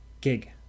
gig